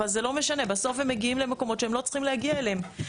אבל זה לא משנה בסוף מגיעים למקומות שהם לא צריכים להגיע אליהם.